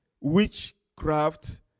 witchcraft